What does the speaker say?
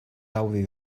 gaudi